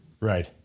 Right